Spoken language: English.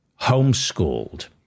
homeschooled